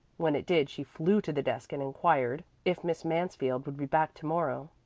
when it did she flew to the desk and inquired if miss mansfield would be back to-morrow.